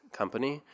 company